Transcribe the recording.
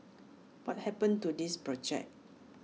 what happened to this project